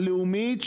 הלאומית,